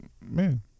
man